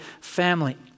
family